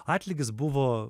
atlygis buvo